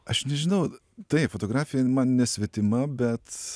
aš nežinau taip fotografija man nesvetima bet